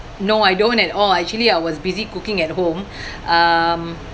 no I don't at all actually I was busy cooking at home um